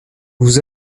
vous